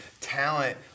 talent